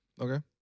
Okay